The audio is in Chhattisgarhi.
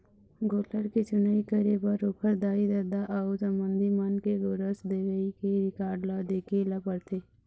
गोल्लर के चुनई करे बर ओखर दाई, ददा अउ संबंधी मन के गोरस देवई के रिकार्ड ल देखे ल परथे